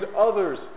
others